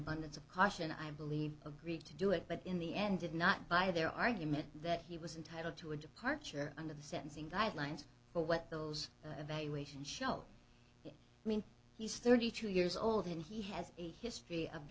abundance of caution i believe agreed to do it but in the end did not buy their argument that he was entitled to a departure under the sentencing guidelines but what those evaluations shelf i mean he's thirty two years old and he has a history of